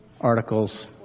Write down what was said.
articles